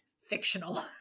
fictional